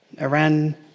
Iran